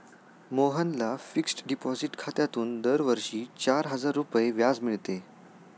मोहनला fixed deposit खात्यातून दरवर्षी चार हजार रुपये व्याज मिळते